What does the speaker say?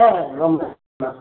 ஆ ரொம்ப